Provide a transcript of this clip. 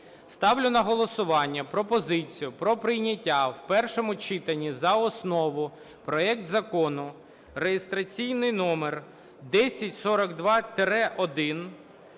Ставлю на голосування пропозицію про прийняття в першому читанні за основу проект Закону (реєстраційний номер 1042-1)